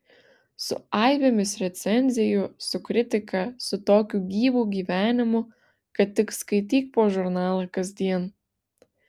su aibėmis recenzijų su kritika su tokiu gyvu gyvenimu kad tik skaityk po žurnalą kasdien